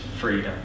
freedom